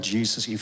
Jesus